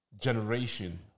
generation